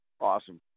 Awesome